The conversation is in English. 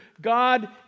God